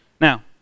Now